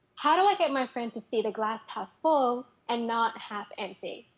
how do i get my friend to see the glass half full, and not half empty?